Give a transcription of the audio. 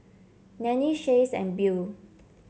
Nannie Chace and Beau